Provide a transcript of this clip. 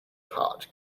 hard